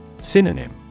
Synonym